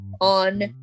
on